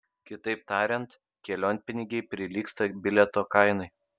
kitaip tariant kelionpinigiai prilygsta bilieto kainai